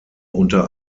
unter